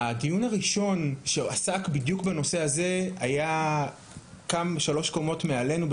הדיון הראשון שעסק בדיוק בנושא הזה היה שלוש קומות מעלינו,